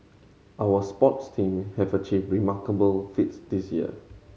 our sports team have achieved remarkable feats this year